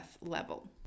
level